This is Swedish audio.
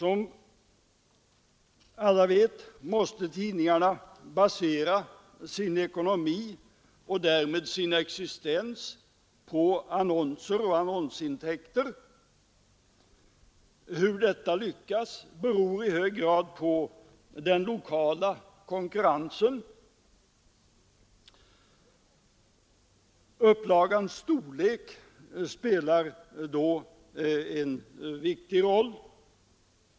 Som alla vet måste tidningarna basera sin ekonomi och därmed sin existens på annonsintäkter. Hur detta lyckas beror i hög grad på den lokala konkurrensen. Upplagans storlek spelar då en viktig roll.